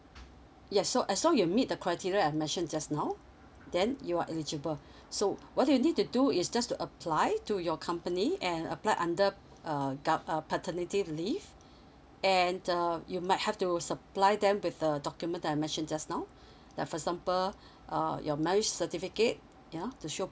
yes so as long you meet the criteria I mentioned just now then you are eligible so what you need to do is just to apply to your company and apply under uh gover~ uh paternity leave and uh you might have to supply them with the document I mentioned just now the for example uh your marriage certificate you know to show